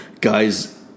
guys